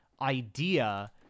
idea